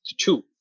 two